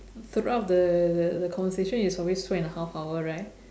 throughout the the conversation is always two and a half hour right